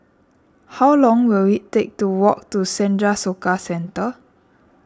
how long will it take to walk to Senja Soka Centre